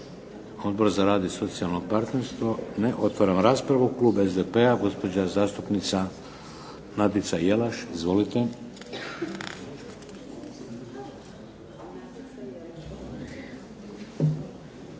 Odbor za rad i socijalno partnerstvo? Ne. Otvaram raspravu. Klub SDP-a, gospođa zastupnica Nadica Jelaš. Izvolite.